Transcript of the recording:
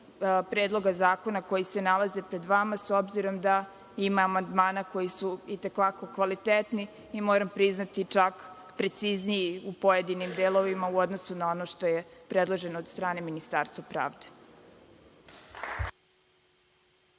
Predloga zakona koji se nalaze pred vama, s obzirom da ima amandmana koji su i te kako kvalitetni i moram priznati čak precizniji u pojedinim delovima u odnosu na ono što je predloženo od strane Ministarstva pravde.